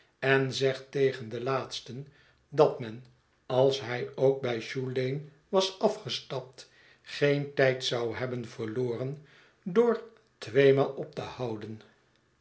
en zegt tegen den laatsten dat men als hij ook bij shoe lane was afgestapt geen tijd zou hebben verloren door tweemaal op te houden